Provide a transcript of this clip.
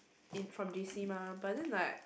in from J_C mah but then like